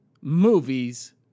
Movies